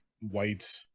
white